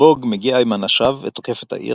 בוג מגיע עם אנשיו ותוקף את העיר,